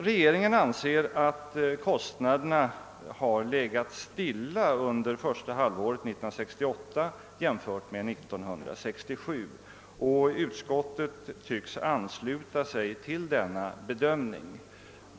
Regeringen anser att kostnaderna har legat stilla under första halvåret 1968 jämfört med 1967, och utskottet tycks ansluta sig till denna bedömning.